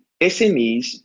SMEs